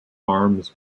arms